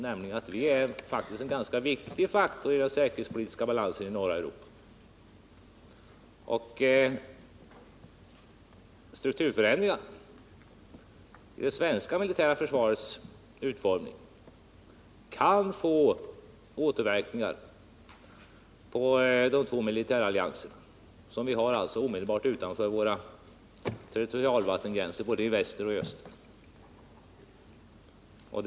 Sverige utgör nämligen en viktig faktor när det gäller den säkerhetspolitiska balansen i norra Europa, och strukturförändringar i det svenska militära försvarets utformning kan därför få återverkningar på de två militärallianser som vi har omedelbart utanför våra territorialvattengränser, både i väster och i öster.